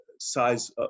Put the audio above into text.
size